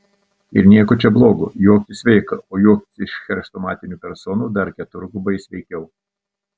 ir nieko čia blogo juoktis sveika o juoktis iš chrestomatinių personų dar keturgubai sveikiau